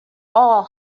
all